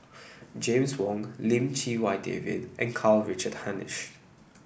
James Wong Lim Chee Wai David and Karl Richard Hanitsch